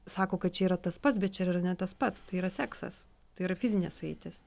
sako kad čia yra tas pats bet čia yra ne tas pats tai yra seksas tai yra fizinė sueitis